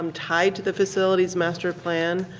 um tied to the facilities master plan